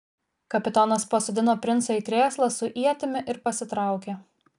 kapitonas pasodino princą į krėslą su ietimi ir pasitraukė